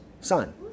Son